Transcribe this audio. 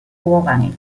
vorrangig